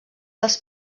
dels